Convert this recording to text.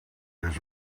his